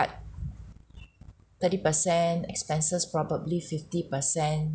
thirty percent expenses probably fifty percent